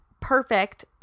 perfect